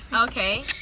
Okay